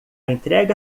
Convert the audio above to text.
entrega